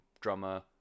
drummer